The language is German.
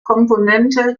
komponente